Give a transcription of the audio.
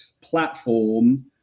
platform